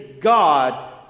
God